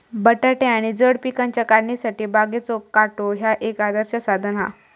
बटाटे आणि जड पिकांच्या काढणीसाठी बागेचो काटो ह्या एक आदर्श साधन हा